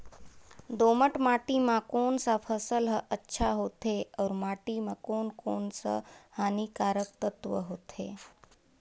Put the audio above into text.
दोमट माटी मां कोन सा फसल ह अच्छा होथे अउर माटी म कोन कोन स हानिकारक तत्व होथे?